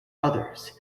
others